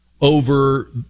over